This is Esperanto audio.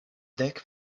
dek